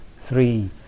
three